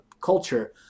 culture